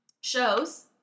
shows